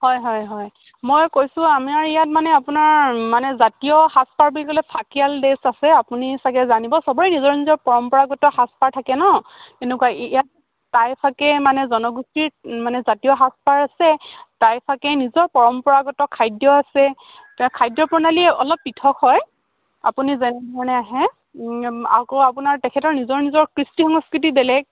হয় হয় হয় মই কৈছোঁ আমাৰ ইয়াত মানে আপোনাৰ মানে জাতীয় সাজপাৰ বুলি ক'লে ফাকিয়াল ড্ৰেছ আছে আপুনি চাগৈ জানিব চবৰে নিজৰ নিজৰ পৰম্পৰাগত সাজপাৰ থাকে ন তেনেকুৱা ইয়াত টাইফাকে মানে জনগোষ্ঠীৰ মানে জাতীয় সাজপাৰ আছে টাইফাকে নিজৰ পৰম্পৰাগত খাদ্য আছে খাদ্য প্ৰণালী অলপ পৃথক হয় আপুনি যেনেধৰণে আহে আকৌ আপোনাৰ তেখেতৰ নিজৰ নিজৰ কৃষ্টি সংস্কৃতি বেলেগ